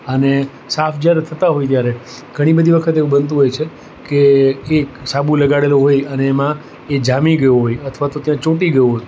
અને સાફ જ્યારે થતાં હોય ત્યારે ઘણી બધી વખત એવું બનતું હોય છે કે એક સાબુ લગાડેલો હોય અને એમાં એ જામી ગયો હોય અથવા તો ત્યાં ચોંટી ગયો હોય